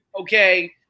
Okay